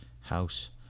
house